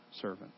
servant